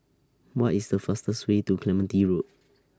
What IS The fastest Way to Clementi Road